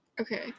Okay